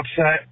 upset